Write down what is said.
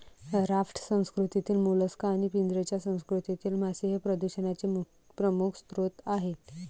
raft संस्कृतीतील mollusc आणि पिंजऱ्याच्या संस्कृतीतील मासे हे प्रदूषणाचे प्रमुख स्रोत आहेत